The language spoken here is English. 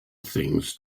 things